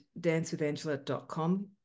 dancewithangela.com